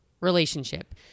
relationship